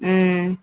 ம் ம்